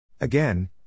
Again